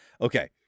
Okay